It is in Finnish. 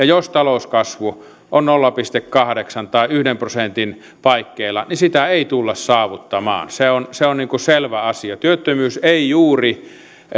jos talouskasvu on nolla pilkku kahdeksan tai yhden prosentin paikkeilla sitä ei tulla saavuttamaan se on se on selvä asia työttömyys ei juuri